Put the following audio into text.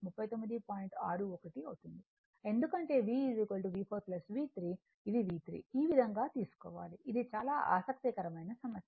61 అవుతుంది ఎందుకంటే V V4 V3 ఇది V3 ఈ విధంగా తీసుకోవాలి ఇది చాలా ఆసక్తికరమైన సమస్య